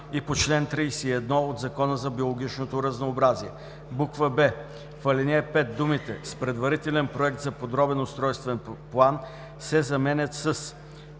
и по чл. 31 от Закона за биологичното разнообразие.“; б) в ал. 5 думите „с предварителен проект за подробен устройствен план“ се заменят със